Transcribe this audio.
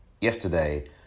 yesterday